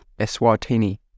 Eswatini